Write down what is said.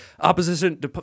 opposition